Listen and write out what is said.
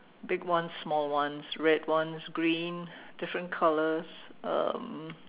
big ones small ones red ones green different colours um